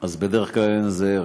אז בדרך כלל אין לזה ערך.